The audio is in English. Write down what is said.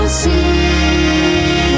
see